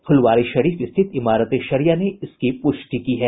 फुलवारीशरीफ स्थित इमारत ए शरिया ने इसकी पुष्टि की है